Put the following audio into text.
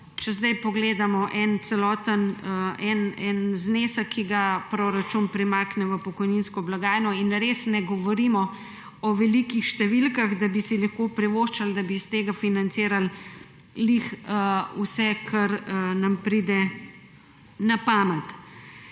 če sedaj pogledamo, en znesek, ki ga proračun premakne v pokojninsko blagajno. Res ne govorimo o velikih številkah, da bi si lahko privoščili, da bi iz tega financirali prav vse, kar nam pride na pamet.